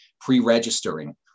pre-registering